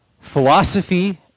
philosophy